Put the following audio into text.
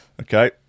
Okay